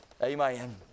Amen